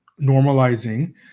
normalizing